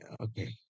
okay